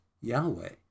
yahweh